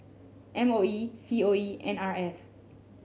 M O H C O E N R F